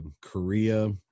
Korea